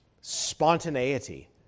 spontaneity